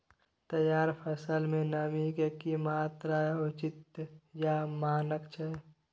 तैयार फसल में नमी के की मात्रा उचित या मानक छै?